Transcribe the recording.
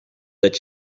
dat